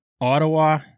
Ottawa